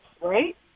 right